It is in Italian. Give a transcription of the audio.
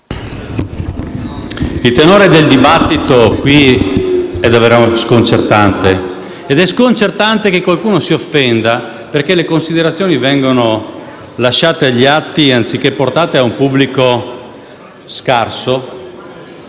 il tenore del dibattito in quest'Aula è davvero sconcertante, come lo è il fatto che qualcuno si offenda perché le considerazioni vengono lasciate agli atti anziché portate a un pubblico scarso